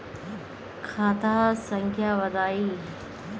खाता संख्या बताई?